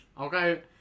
Okay